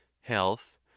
health